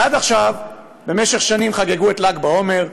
עד עכשיו במשך שנים חגגו את ל"ג בעומר,